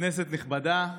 כנסת נכבדה,